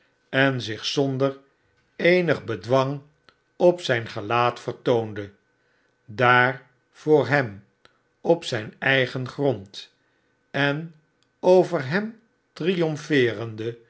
en zich zonder eenig bedwang op zijn gelaat vertoonde daar voor hem op zijn eigen grond en over hem